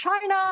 China